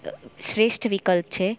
શ્રેષ્ઠ વિકલ્પ છે